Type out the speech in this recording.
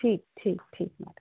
ठीक ठीक ठीक मैडम